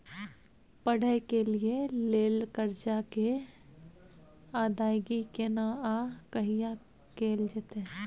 पढै के लिए लेल कर्जा के अदायगी केना आ कहिया कैल जेतै?